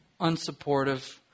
unsupportive